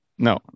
No